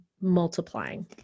multiplying